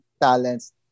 talents